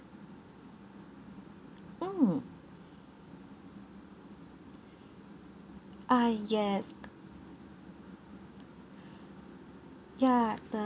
mm ah yes ya the